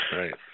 right